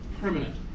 permanent